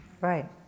Right